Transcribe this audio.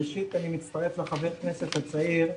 ראשית, אני מצטרף לחבר הכנסת הצעיר,